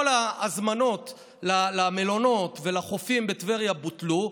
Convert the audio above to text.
כל ההזמנות למלונות ולחופים בטבריה בוטלו.